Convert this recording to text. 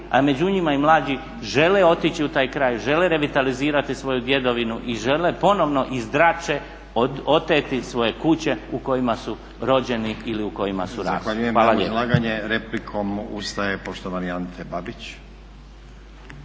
a među njima i mlađi žele otići u taj kraj, žele revitalizirati svoju djedovinu i žele ponovno iz drače oteti svoje kuće u kojima su rođeni ili u kojima su rasli. **Stazić,